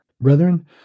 Brethren